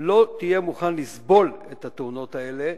שלא תהיה מוכן לסבול את התאונות האלה,